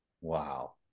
Wow